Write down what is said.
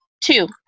two